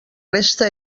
resta